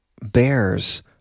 bears